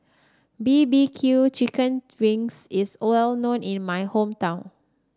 B B Q Chicken Wings is well known in my hometown